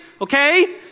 Okay